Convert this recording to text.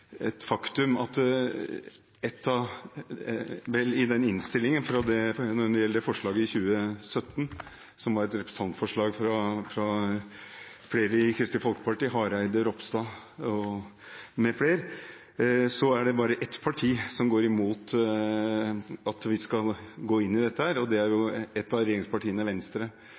gjelder representantforslaget i 2017, fra Kristelig Folkeparti – Hareide, Ropstad, mfl. – er det bare ett parti som går imot at vi skal gå inn i dette, og det er et av regjeringspartiene: Venstre.